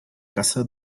casa